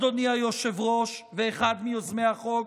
אדוני היושב-ראש ואחד מיוזמי החוק,